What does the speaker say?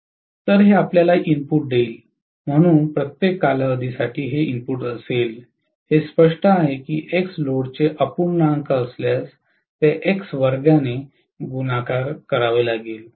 तर हे आपल्याला इनपुट देईल म्हणून प्रत्येक कालावधीसाठी हे इनपुट असेल हे स्पष्ट आहे की x लोडचे अपूर्णांक असल्यास ते x वर्ग्याने गुणाकार करावे लागेल